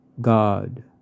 God